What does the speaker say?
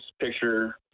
picture